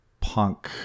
punk